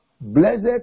Blessed